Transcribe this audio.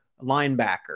linebacker